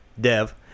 Dev